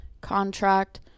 contract